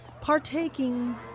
partaking